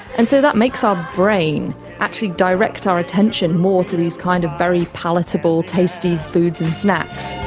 and so that makes our brain actually direct our attention more to these kind of very palatable, tasty foods and snacks.